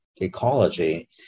ecology